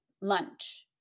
lunch